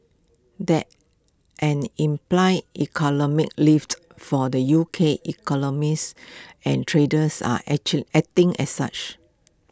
that's an implied economic lift for the U K economies and traders are acting as such